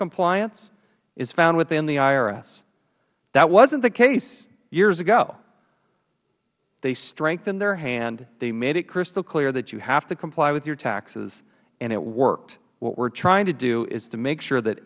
compliance is found within the irs that wasnt the case years ago they strengthened their hand made it crystal clear that you have to comply with your taxes and it worked what we are trying to do is to make sure that